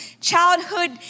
childhood